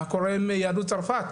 מה קורה עם יהדות צרפת,